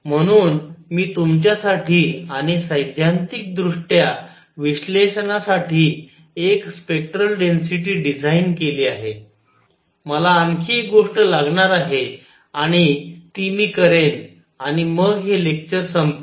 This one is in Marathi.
म्हणून मी तुमच्यासाठी आणि सैद्धांतिकदृष्ट्या विश्लेषणासाठी एक स्पेक्टरल डेन्सिटी डिझाइन केली आहे मला आणखी एक गोष्ट लागणार आहे आणि ती मी करेन आणि मग हे लेक्चर संपेल